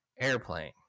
airplane